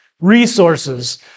resources